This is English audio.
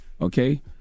okay